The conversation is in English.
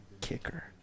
kicker